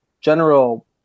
General